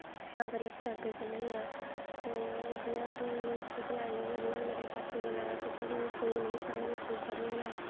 तां करियै अस बैंक च जन्ने होन्ने आं ते जि'यां कि हून तुस लाई लैओ मेरे चाचे बगैरा कुछ बी केईं पढ़े दे केईं नेईं पढ़े दे